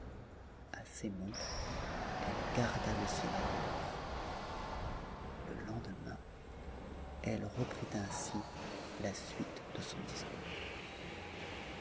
à ces mots elle garda le silence le lendemain elle reprit ainsi la suite de son discours